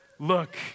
Look